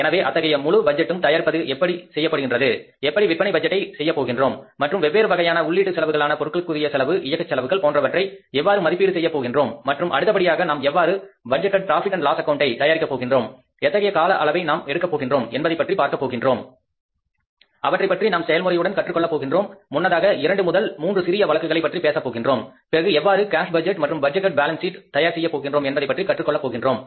எனவே அத்தகைய முழு பட்ஜெட்டும் தயாரிப்பது எப்படி செய்யப்படுகின்றது எப்படி விற்பனை மதிப்பீட்டை செய்யப்போகின்றோம் மற்றும் வெவ்வேறு வகையான உள்ளீட்டு செலவுகளுக்காக பொருட்களுக்குரிய செலவு இயக்கச் செலவுகள் போன்றவற்றை எவ்வாறு மதிப்பீடு செய்யப் போகின்றோம் மற்றும் அடுத்தபடியாக நாம் எவ்வாறு budgeted profit and loss account தயாரிக்க போகின்றோம் எத்தகைய கால அளவை நாம் எடுக்க போகின்றோம் என்பதை பற்றி பார்க்க போகிறோம் அவற்றைப் பற்றி நாம் செயல்முறையுடன் கற்றுக் கொள்ளப் போகின்றோம் முன்னதாக இரண்டு முதல் மூன்று சிறிய வழக்குகளை பற்றி பேசப்போகிறோம் பிறகு எவ்வாறு கேஸ் பட்ஜெட் மற்றும் பட்ஜெட்டேட் பேலன்ஸ் சீட் தயார் செய்யப் போகின்றோம் என்பதை பற்றி கற்றுக் கொள்ளப் போகின்றோம்